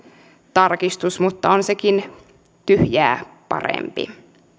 tarkistus mutta on sekin tyhjää parempi